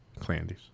Clandys